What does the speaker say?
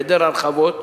בהיעדר הרחבות,